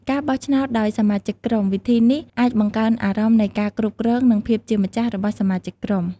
ការបោះឆ្នោតដោយសមាជិកក្រុម វិធីនេះអាចបង្កើនអារម្មណ៍នៃការគ្រប់គ្រង និងភាពជាម្ចាស់របស់សមាជិកក្រុម។